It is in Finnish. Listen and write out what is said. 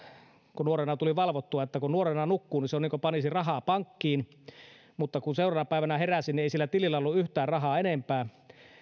kun nuorena tuli valvottua että kun nuorena nukkuu niin se on niin kuin panisi rahaa pankkiin mutta kun seuraavana päivänä heräsi niin ei siellä tilillä ollut yhtään enempää